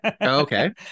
Okay